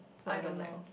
I don't know